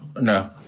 No